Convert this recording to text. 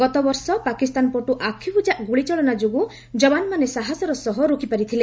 ଗତବର୍ଷ ପାକିସ୍ତାନ ପଟୁ ଆଖିବୁଜା ଗୁଳିଚାଳନାକୁ ଯବାନମାନେ ସାହାସର ସହ ରୋକିପାରିଥିଲେ